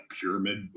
pyramid